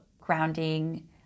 grounding